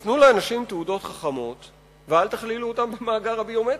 אז תנו לאנשים תעודות חכמות ואל תכלילו אותם במאגר הביומטרי.